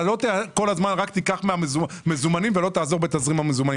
אתה כל הזמן רק תיקח מזומנים ולא תעזור בתזרים המזומנים.